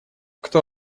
кто